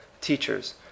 teachers